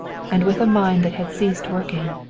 and with a mind that had ceased working,